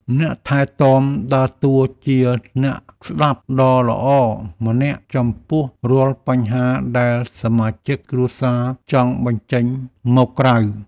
អ្នកថែទាំដើរតួជាអ្នកស្តាប់ដ៏ល្អម្នាក់ចំពោះរាល់បញ្ហាដែលសមាជិកគ្រួសារចង់បញ្ចេញមកក្រៅ។